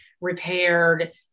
repaired